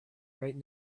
right